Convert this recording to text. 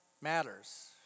matters